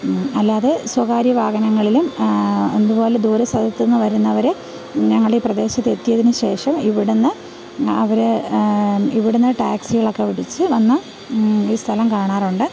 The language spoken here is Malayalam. അല്ലാതെ സ്വകാര്യ വാഹനങ്ങളിൽ ഇതുപോലെ ദൂരെ സ്ഥലത്ത് നിന്ന് വരുന്നവർ ഞങ്ങളെ ഈ പ്രദേശത്ത് എത്തിയതിന് ശേഷം ഇവിടെ നിന്ന് അവർ ഇവിടെ നിന്ന് ടാക്സ്സികളൊക്കെ വിളിച്ചു വന്നാൽ ഈ സ്ഥലം കാണാറുണ്ട്